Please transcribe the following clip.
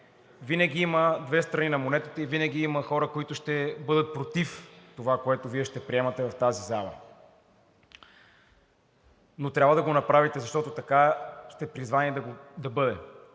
винаги има две страни на монетата и винаги има хора, които ще бъдат против това, което Вие ще приемате в тази зала, но трябва да го направите, защото сте призвани да бъде